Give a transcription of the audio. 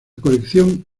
colección